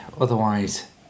otherwise